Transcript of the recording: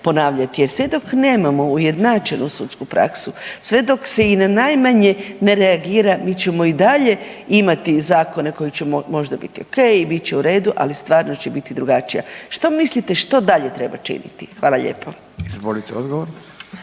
jer sve dok nemamo ujednačenu sudsku praksu, sve dok se i na najmanje ne reagira mi ćemo i dalje imati zakone koji će možda biti okej i bit će u redu, ali stvarnost će biti drugačija. Što mislite što dalje treba činiti? Hvala lijepo. **Radin, Furio